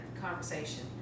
conversation